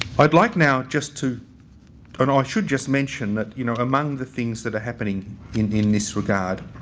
i'd like now just to and i should just mention that you know among the things that are happening in in this regard